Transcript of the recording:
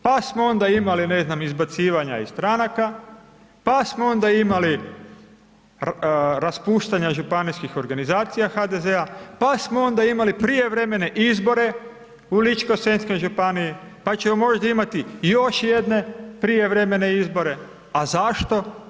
Pa smo onda imali ne znam, izbacivanja iz stranaka, pa smo onda imali raspuštanja županijskih organizacija HDZ-a, pa smo onda imali prijevremene izbore u Ličko-senjskoj županiji, pa ćemo možda imati još jedne prijevremene izbore, a zašto?